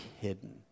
hidden